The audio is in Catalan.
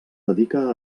dedica